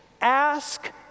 ask